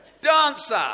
Dancer